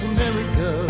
America